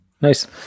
nice